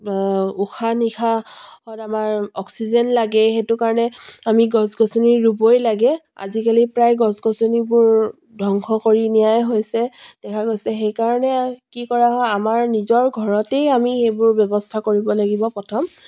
উশাহ নিশাহত আমাৰ অক্সিজেন লাগে সেইটো কাৰণে আমি গছ গছনি ৰুবই লাগে আজিকালি প্ৰায় গছ গছনিবোৰ ধ্বংস কৰি নিয়াই হৈছে দেখা গৈছে সেইকাৰণে কি কৰা হয় আমাৰ নিজৰ ঘৰতেই আমি এইবোৰ ব্যৱস্থা কৰিব লাগিব প্ৰথম